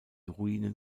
ruinen